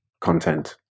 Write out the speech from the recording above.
content